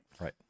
right